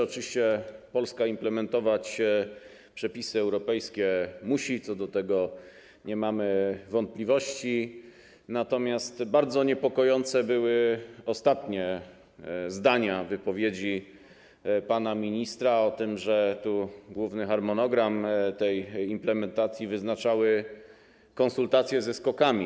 Oczywiście Polska musi implementować przepisy europejskie, co do tego nie mamy wątpliwości, natomiast bardzo niepokojące były ostatnie zdania wypowiedzi pana ministra o tym, że główny harmonogram tej implementacji wyznaczały konsultacje ze SKOK-ami.